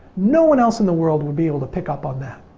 no one else in the world will be able to pick up on that.